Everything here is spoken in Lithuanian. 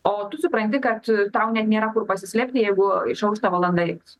o tu supranti kad tau net nėra kur pasislėpt jeigu išauš ta valanda iks